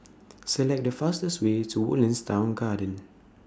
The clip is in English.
Select The fastest Way to Woodlands Town Garden